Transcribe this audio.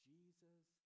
Jesus